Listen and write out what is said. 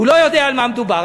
הוא לא יודע על מה מדובר,